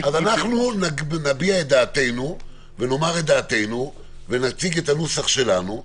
נאמר את דעתנו ונציג את הנוסח שלנו.